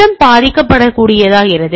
எனவே சிஸ்டம் பாதிக்கப்படக்கூடியதாகிறது